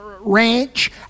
ranch